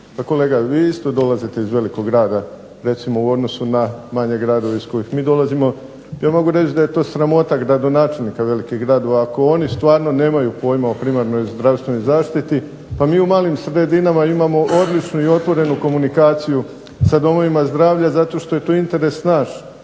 kolega, vi isto dolazite iz velikog grada recimo u odnosu na manje gradove od kuda mi dolazimo, ja mogu reći da je to sramota gradonačelnika velikih gradova. Ako oni stvarno nemaju pojma o primarnoj zdravstvenoj zaštiti, pa mi u malim sredinama imamo odličnu i otvorenu komunikaciju sa domovima zdravlja zato što je to interes naših